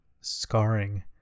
scarring